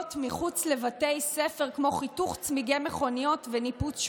פעילויות מחוץ לבתי ספר כמו חיתוך צמיגי מכוניות וניפוץ שמשות.